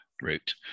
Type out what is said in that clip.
route